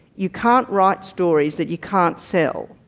you can't write stories that you can't sell.